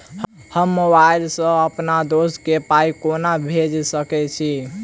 हम मोबाइल सअ अप्पन दोस्त केँ पाई केना भेजि सकैत छी?